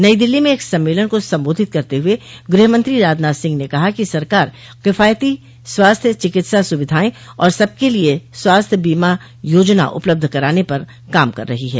नई दिल्ली में एक सम्मेलन को संबोधित करते हुए गृहमंत्री राजनाथ सिंह ने कहा कि सरकार किफायती स्वास्थ चिकित्सा सुविधाएं और सबके लिए स्वास्थ बीमा योजना उपलब्ध कराने पर काम कर रही है